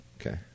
Okay